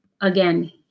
again